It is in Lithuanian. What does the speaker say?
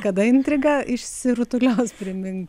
kada intriga išsirutulios primink